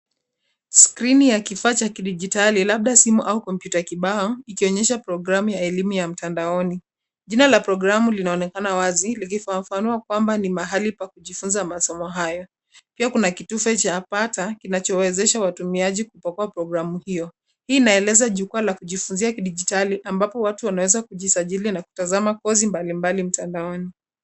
Skrini ya kifaa cha kijidijitali labda simu au kompyuta kibao ikionyesha programu ya elimu ya mtandaoni. Jina la programu linaonekana wazi likifafanua kwamba ni mahali pakujifunza masomo hayo. Pia kuna kitufe cha pata kinachowezesha watumiaji kupakua programu hiyo. Hii inaeleza jukwaa la kujifunzia kijidijitali ambapo watu wanaweza kujisajili na kutazama kozi mbalimbali mtandaoni.